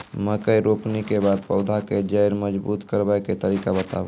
मकय रोपनी के बाद पौधाक जैर मजबूत करबा के तरीका बताऊ?